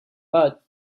but